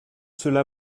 cela